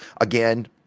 again